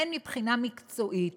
הן מבחינה מקצועית